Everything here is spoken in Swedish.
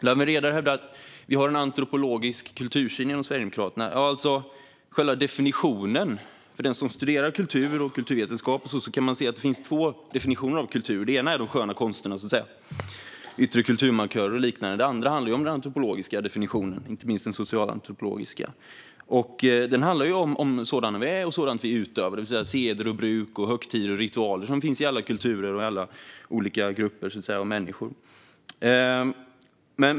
Lawen Redar hävdar att vi har en antropologisk kultursyn inom Sverigedemokraterna. Den som studerar kultur och kulturvetenskap vet att det finns två definitioner av kultur. Den ena handlar om de sköna konsterna, yttre kulturmarkörer och liknande. Den andra handlar om det antropologiska, och inte minst det socialantropologiska - sådana vi är och sådant vi utövar, det vill säga seder, bruk, högtider och ritualer som finns i alla kulturer och alla olika grupper av människor.